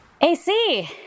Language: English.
AC